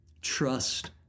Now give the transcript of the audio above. Trust